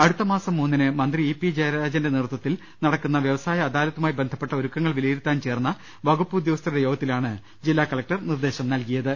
അടുത്ത മാസം മൂന്നിന് മന്ത്രി ഇ പി ജയരാജന്റെ നേതൃത്വത്തിൽ നടക്കുന്ന വൃവസായ അദാലത്തുമായി ബന്ധപ്പെട്ട ഒരുക്കങ്ങൾ വിലയിരുത്താൻ ചേർന്ന വകുപ്പുദ്യോഗ സ്ഥരുടെ യോഗത്തിലാണ് ജില്ലാ കലക്ടർ ഈ നിർദേശം നൽകിയത്